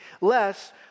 less